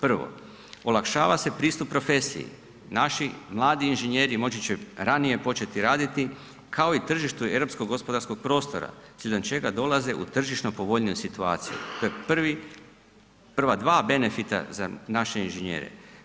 Prvo, olakšava se pristup profesiji, naši mladi inženjeri moći že ranije početi raditi kao i tržište europskog gospodarskog prostora slijedom čega dolaze u tržišno povoljniju situaciju, to je prva dva benefita za naše inženjere.